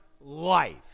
life